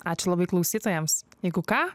ačiū labai klausytojams jeigu ką